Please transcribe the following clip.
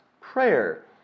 prayer